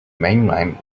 mainline